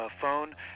phone